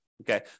okay